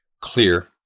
clear